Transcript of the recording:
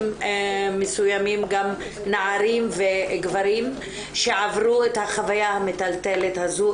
מסוימים גם נערים וגברים שעברו את החוויה המטלטלת הזו,